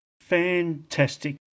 Fantastic